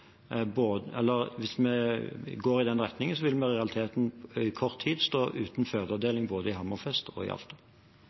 vi går i den retningen, vil vi i realiteten i kort tid stå uten